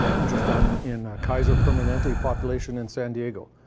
which is done in kaiser permanente population in san diego.